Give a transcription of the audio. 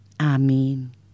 Amen